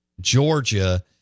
Georgia